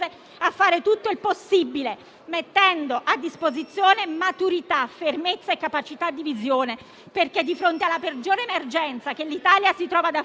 Passiamo alla votazione.